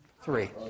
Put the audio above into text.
three